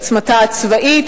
עוצמתה הצבאית,